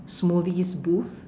smoothies booth